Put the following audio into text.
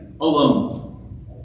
Alone